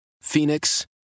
Phoenix